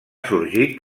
sorgit